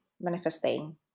Manifesting